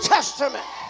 Testament